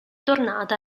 tornata